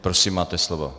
Prosím, máte slovo.